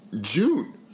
June